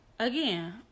Again